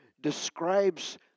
describes